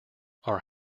are